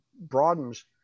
broadens